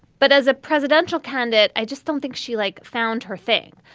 but as a presidential candidate, i just don't think she like found her thing.